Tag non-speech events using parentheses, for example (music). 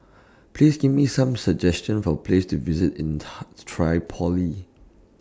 Please Give Me Some suggestions For Places to visit in (unintelligible) Tripoli